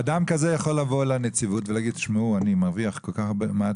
אדם כזה יכול לבוא לנציבות ולהגיד שהוא מרוויח כל כך מעט